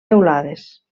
teulades